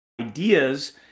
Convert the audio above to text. ideas